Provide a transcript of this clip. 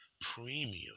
premium